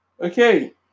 Okay